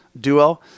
duo